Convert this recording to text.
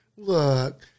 Look